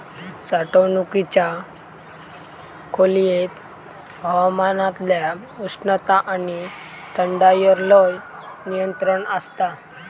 साठवणुकीच्या खोलयेत हवामानातल्या उष्णता आणि थंडायर लय नियंत्रण आसता